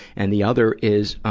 and the other is, um,